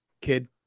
kid